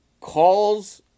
calls